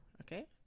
okay